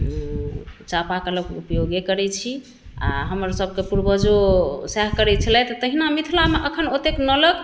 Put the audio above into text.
चापा कलक उपयोगे करै छी आओर हमर सभके पूर्वजो सएह करै छलथि तहिना मिथिलामे एखन ओतेक नलक